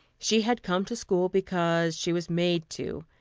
she had come to school because she was made to,